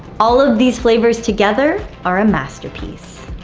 all of these flavors together are a masterpiece.